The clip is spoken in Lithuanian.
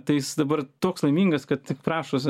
tai jis dabar toks laimingas kad tik prašos